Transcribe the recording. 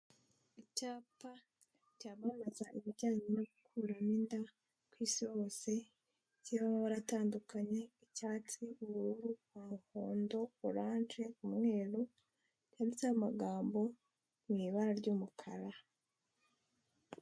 Icyapa cyamamaza ibijyanye no gukuramo inda ku isi hose, kirimo amabara atandukanye, icyatsi, ubururu, umuhondo, oranje, umweru, cyanditseho amagambo mu ibara ry'umukara.